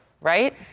right